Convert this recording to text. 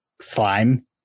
slime